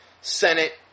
Senate